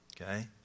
okay